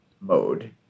mode